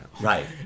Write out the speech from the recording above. right